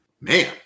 man